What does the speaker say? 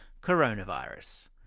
Coronavirus